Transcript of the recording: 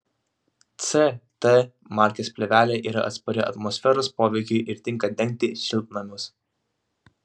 ct markės plėvelė yra atspari atmosferos poveikiui ir tinka dengti šiltnamius